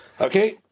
Okay